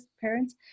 parents